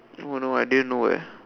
oh no I didn't know eh